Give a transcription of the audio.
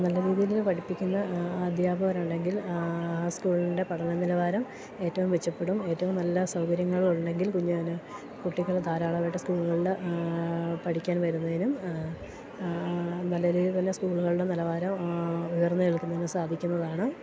നല്ല രീതിയിൽ പഠിപ്പിക്കുന്ന അധ്യാപകരുണ്ടെങ്കിൽ സ്കൂളിൻ്റെ പഠന നിലവാരം ഏറ്റവും മെച്ചപ്പെടും ഏറ്റവും നല്ല സൗകര്യങ്ങളുണ്ടെങ്കിൽ കുഞ്ഞിന് കുട്ടികൾ ധാരാളമായിട്ട് സ്കൂള്കൾള് പഠിക്കാൻ വരുന്നതിനും നല്ല രീതിയിൽ തന്നെ സ്കൂളുകളുടെ നിലവാരം ഉയർന്ന് നിൽക്കുന്നതിനും സാധിക്കുന്നതാണ്